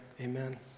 amen